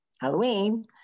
Halloween